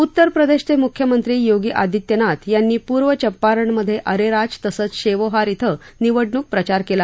उत्तर प्रदेशचे मुख्यमंत्री योगी आदित्यनाथ यांनी पूर्व चंपारणमधे अरेराज तसंच शेवोहार इथं निवडणूक प्रचार केला